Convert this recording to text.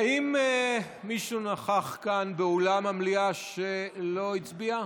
מישהו נוכח כאן, באולם המליאה, ולא הצביע?